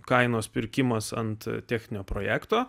kainos pirkimas ant techninio projekto